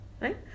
right